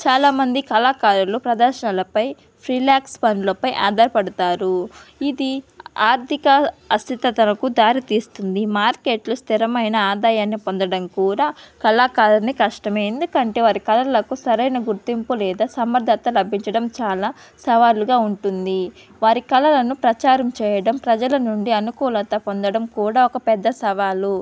చాలామంది కళాకారులు ప్రదర్శనలపై ఫ్రీలాక్స్ పనులపై ఆధారపడతారు ఇది ఆర్థిక అస్థితలకు దారితీస్తుంది మార్కెట్లు స్థిరమైన ఆదాయాన్ని పొందడం కూడా కళాకారున్ని కష్టమే ఎందుకంటే వారి కళలకు సరైన గుర్తింపు లేదా సమర్థత లభించడం చాలా సవాలుగా ఉంటుంది వారి కళలను ప్రచారం చేయడం ప్రజల నుండి అనుకూలత పొందడం కూడా ఒక పెద్ద సవాలు